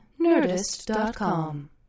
nerdist.com